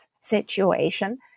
situation